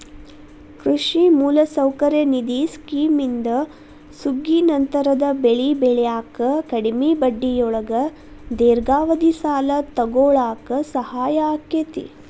ಕೃಷಿ ಮೂಲಸೌಕರ್ಯ ನಿಧಿ ಸ್ಕಿಮ್ನಿಂದ ಸುಗ್ಗಿನಂತರದ ಬೆಳಿ ಬೆಳ್ಯಾಕ ಕಡಿಮಿ ಬಡ್ಡಿಯೊಳಗ ದೇರ್ಘಾವಧಿ ಸಾಲ ತೊಗೋಳಾಕ ಸಹಾಯ ಆಕ್ಕೆತಿ